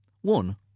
One